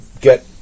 get